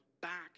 back